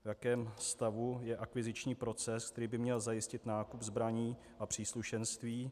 V jakém stavu je akviziční proces, který by měl zajistit nákup zbraní a příslušenství?